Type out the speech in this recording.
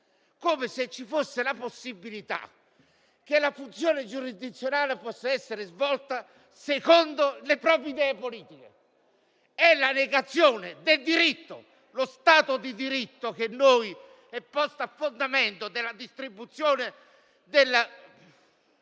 come se ci fosse la possibilità che la funzione giurisdizionale sia svolta secondo le proprie idee politiche. È la negazione del diritto. Lo Stato di diritto è posto a fondamento della distribuzione del